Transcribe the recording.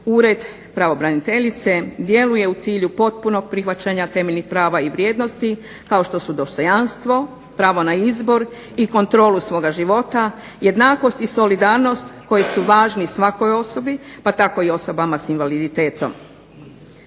Ured pravobraniteljice djeluje u cilju potpunog prihvaćanja temeljnih prava i vrijednosti kao što su dostojanstvo, pravo na izbor i kontrolu svoga života, jednakost i solidarnost koji su važni svakoj osobi pa tako i osobama s invaliditetom.